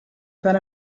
that